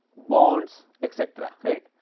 bonds etcetera right.